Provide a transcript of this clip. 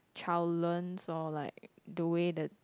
child learns or like the way the